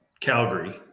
Calgary